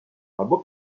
albo